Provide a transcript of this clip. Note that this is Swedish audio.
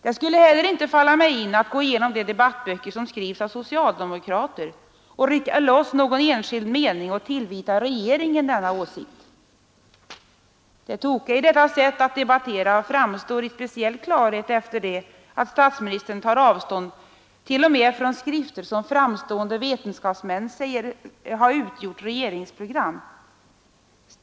Det skulle heller inte falla mig in att gå igenom de debattböcker som skrivs av socialdemokrater och rycka loss någon enskild mening och tillvita regeringen denna åsikt. Det tokiga i detta sätt att debattera framstår i speciell klarhet efter det att statsministern tar avstånd t.o.m. från skrifter som framstående vetenskapsmän säger ha utgjort regeringsprogram.